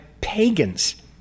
pagans